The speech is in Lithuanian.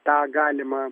tą galima